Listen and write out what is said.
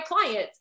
clients